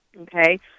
okay